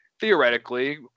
theoretically